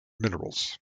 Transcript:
minerals